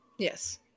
Yes